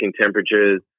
temperatures